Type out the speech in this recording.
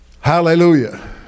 Hallelujah